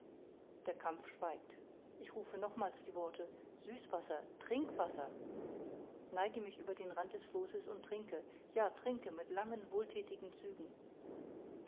der kampf schweigt ich rufe nochmals die worte süßwasser trinkwasser neige mich über den rand des flosses und trinke ja ich trinke mit langen wohlthätigen zügen